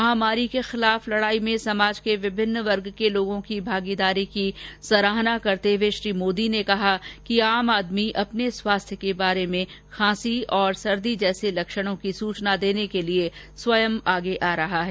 महामारी के खिलाफ लड़ाई में समाज के विभिन्न वर्ग के लोगों की भागीदारी की सराहना करते हुए श्री मोदी ने कहा कि आम आदमी अपने स्वास्थ्य के बारे में खांसी और सर्दी जैसी लक्षणों की सूचना देने के लिए आगे आ रहा है